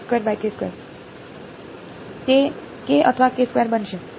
તે k અથવા બનશે